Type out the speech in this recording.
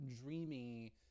dreamy